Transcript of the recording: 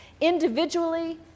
individually